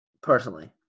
Personally